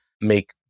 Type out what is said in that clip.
make